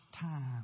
time